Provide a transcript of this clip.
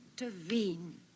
intervene